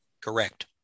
Correct